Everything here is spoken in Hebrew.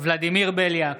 ולדימיר בליאק,